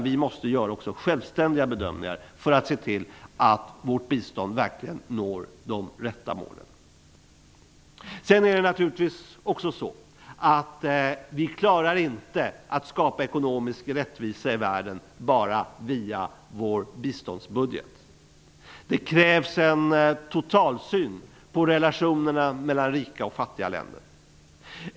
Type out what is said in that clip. Vi måste göra också självständiga bedömningar för att se till att vårt bistånd verkligen når de rätta målen. Sedan är det naturligtvis också så att vi inte klarar att skapa ekonomisk rättvisa i världen endast med vår biståndsbudget. Det krävs en totalsyn på relationerna mellan rika och fattiga länder.